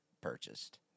purchased